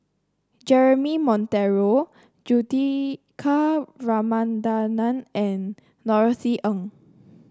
Jeremy Monteiro Juthika Ramanathan and Norothy Ng